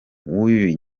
w’uyu